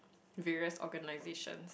various organisation